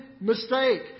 mistake